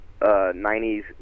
90s